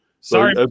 Sorry